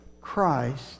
Christ